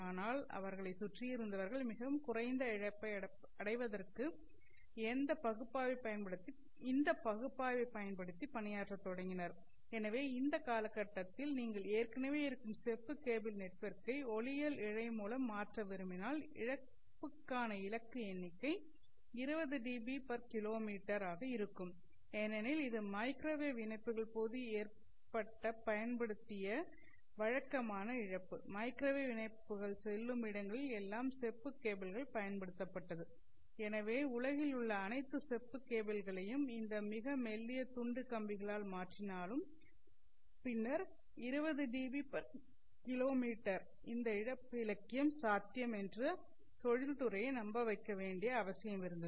அனால் அவர்களை சுற்றி இருந்தவர்கள் மிகவும் குறைந்த இழப்பை அடைவதற்கு அவர்கள் இந்த பகுப்பாய்வை பயன்படுத்தி பணியாற்றத் தொடங்கினர் எனவே அந்த கால கட்டத்தில் நீங்கள் ஏற்கனவே இருக்கும் செப்பு கேபிள் நெட்வொர்க்கை ஒளியியல் இழை மூலம் மாற்ற விரும்பினால் இழப்புக்கான இலக்கு எண்ணிக்கை 20 டிபிகிமீ dBKm ஆக இருக்கும் ஏனெனில் இது மைக்ரோவேவ் இணைப்புகள் போது ஏற்பட்ட பயன்படுத்திய வழக்கமான இழப்பு மைக்ரோவேவ் இணைப்புகள் செல்லும் இடங்களில் எல்லாம் செப்பு கேபிள்கள் பயன்படுத்தப்பட்டது எனவே உலகில் உள்ள அனைத்து செப்பு கேபிள்களையும் இந்த மிக மெல்லிய துண்டு கம்பிகளால் மாற்றினாலும் பின்னர் 20 டிபிகிமீ dBKm இந்த இழப்பு இலக்கு சாத்தியம் என்று தொழில்துறையை நம்ப வைக்க வேண்டியது அவசியம் இருந்தது